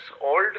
old